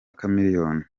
chameleone